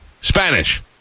Spanish